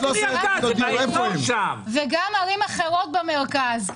------ וגם ערים אחרות במרכז.